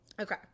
okay